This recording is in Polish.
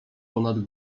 ponad